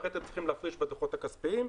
ואחרי זה צריכים להכניס בדו"חות הכספיים,